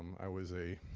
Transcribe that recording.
i was a